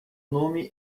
nome